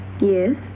Yes